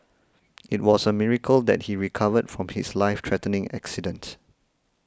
it was a miracle that he recovered from his life threatening accident